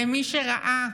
למי שראה